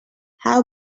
how